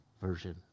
version